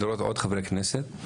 עוד חברי כנסת.